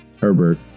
Herbert